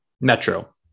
Metro